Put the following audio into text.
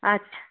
अच्छा